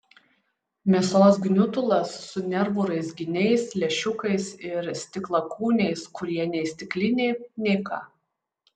mėsos gniutulas su nervų raizginiais lęšiukais ir stiklakūniais kurie nei stikliniai nei ką